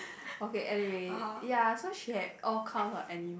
okay anyway ya she had all cow or any